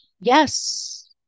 Yes